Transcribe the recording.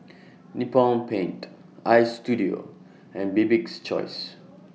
Nippon Paint Istudio and Bibik's Choice